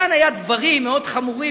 כאן היו דברים מאוד חמורים,